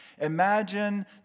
Imagine